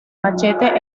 machete